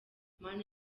mana